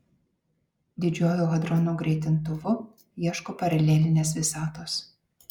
didžiuoju hadronų greitintuvu ieško paralelinės visatos